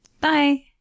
Bye